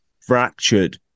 fractured